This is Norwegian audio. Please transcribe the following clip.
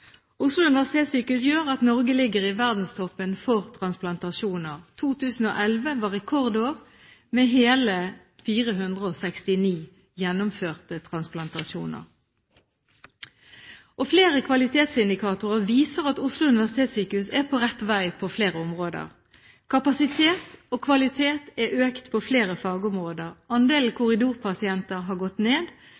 Oslo universitetssykehus gjør at Norge ligger i verdenstoppen for transplantasjoner. 2011 var rekordår med hele 469 gjennomførte transplantasjoner. Flere kvalitetsindikatorer viser at Oslo universitetssykehus er på rett vei på flere områder. Kapasitet og kvalitet er økt på flere fagområder. Andelen